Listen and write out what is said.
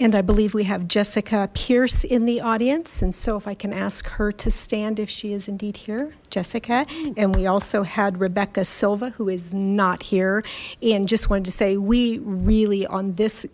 and i believe we have jessica pierce in the audience and so if i can ask her to stand if she is indeed here jessica and we also had rebecca silva who is not here and just wanted to say we really on this